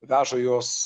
veža juos